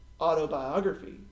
autobiography